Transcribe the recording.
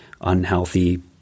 unhealthy